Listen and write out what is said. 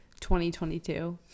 2022